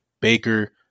baker